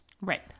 Right